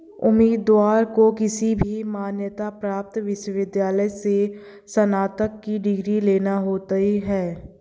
उम्मीदवार को किसी भी मान्यता प्राप्त विश्वविद्यालय से स्नातक की डिग्री लेना होती है